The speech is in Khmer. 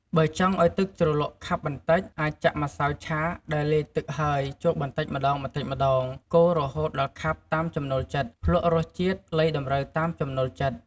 បើចង់ឲ្យទឹកជ្រលក់ខាប់បន្តិច អាចចាក់ម្សៅឆាដែលលាយទឹកហើយចូលបន្តិចម្តងៗ កូររហូតដល់ខាប់តាមចំណូលចិត្ត ភ្លក្សរសជាតិ លៃតម្រូវតាមចំណូលចិត្ត។